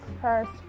first